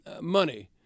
money